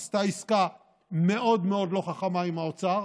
עשתה עסקה מאוד מאוד לא חכמה עם האוצר.